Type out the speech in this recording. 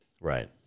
Right